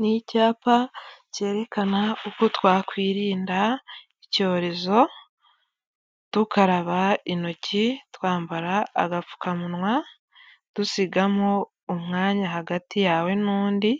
Ni icyapa cyerekana uko twakwirinda icyorezo, dukaraba intoki, twambara agapfukamuwa, dusigamo umwanya hagati yawe n'undi,